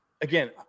again